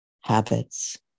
habits